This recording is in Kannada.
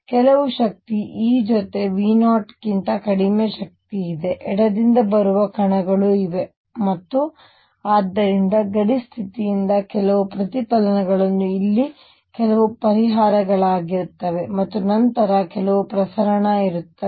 ಕೆಲವು ಶಕ್ತಿ E ಜೊತೆ V0 ಕ್ಕಿಂತ ಕಡಿಮೆ ಶಕ್ತಿಯಿಂದ ಎಡದಿಂದ ಬರುವ ಕಣಗಳು ಇವೆ ಮತ್ತು ಆದ್ದರಿಂದ ಗಡಿ ಸ್ಥಿತಿಯಿಂದ ಕೆಲವು ಪ್ರತಿಫಲನಗಳು ಇಲ್ಲಿ ಕೆಲವು ಪರಿಹಾರಗಳಿರುತ್ತವೆ ಮತ್ತು ನಂತರ ಕೆಲವು ಪ್ರಸರಣ ಇರುತ್ತದೆ